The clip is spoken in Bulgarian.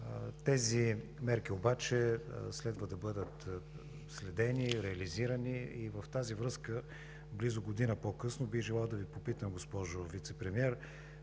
Тези мерки обаче следва да бъдат следени и реализирани. В тази връзка близо година по-късно бих желал да Ви попитам, госпожо Вицепремиер